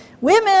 Women